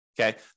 Okay